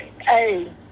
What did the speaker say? Hey